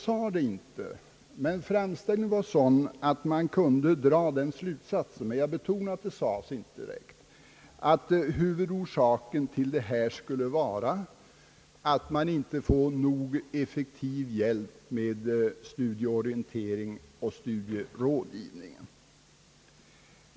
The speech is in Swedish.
Herr Axel Anderssons framställning var sådan att man kunde dra slutsatsen — jag betonar dock att det inte sades direkt — att huvudorsaken till de många studieavbrotten skulle vara att studenterna inte får tillräckligt effektiv hjälp med studieorientering och studierådgivning.